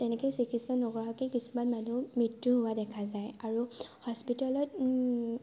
তেনেকৈ চিকিৎসা নকৰাকা কিছুমান মানুহ মৃত্যু হোৱা দেখা যায় আৰু হস্পিতেলত